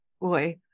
boy